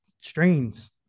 strains